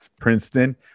Princeton